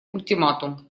ультиматум